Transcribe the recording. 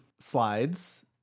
slides